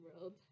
World